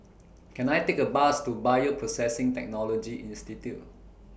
Can I Take A Bus to Bioprocessing Technology Institute